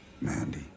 Mandy